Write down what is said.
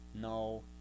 No